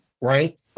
right